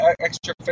extra